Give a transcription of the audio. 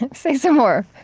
and say some more.